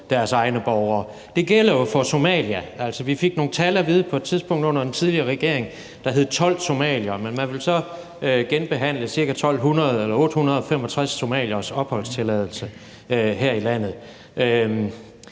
deres egne borgere. Det gælder jo for Somalia. Altså, vi fik nogle tal at vide på et tidspunkt under den tidligere regering, der hed 12 somaliere, men man vil så genbehandle ca. 865 somalieres opholdstilladelse her i landet,